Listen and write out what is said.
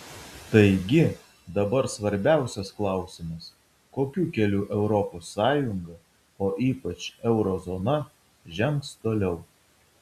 taigi dabar svarbiausias klausimas kokiu keliu europos sąjunga o ypač euro zona žengs toliau